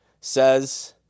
says